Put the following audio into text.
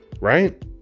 right